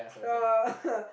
uh